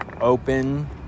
open